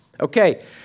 Okay